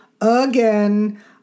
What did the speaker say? Again